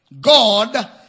God